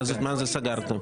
מה זאת אומרת?